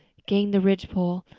gained the ridgepole,